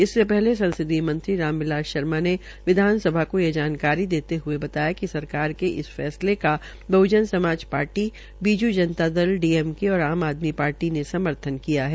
इससे पहले संसदीय मंत्री राम बिलास शर्मा ने विधानसभा को ये जानकारी देते हये बताया िक सरकार के इस फैसले का बहजन समाज पार्टी बीजू जनता दल डीएमके और आम आदमी पार्टी ने समर्थन किया है